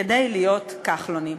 כדי להיות כחלונים.